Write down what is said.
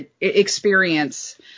experience